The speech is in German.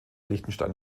liechtenstein